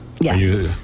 Yes